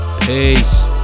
peace